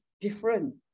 different